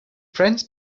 friends